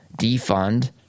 defund